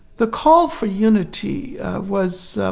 the call for unity was ah